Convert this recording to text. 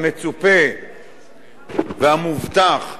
המצופה והמובטח,